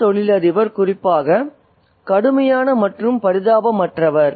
இந்த தொழிலதிபர் குறிப்பாக கடுமையான மற்றும் பரிதாபமற்றவர்